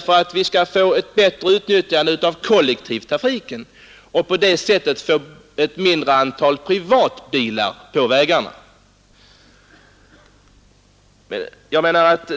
för att få ett bättre utnyttjande av kollektivtrafiken och på det sättet få ett mindre antal privatbilar på vägarna.